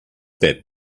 that